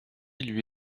lui